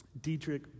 Dietrich